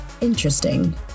interesting